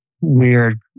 weird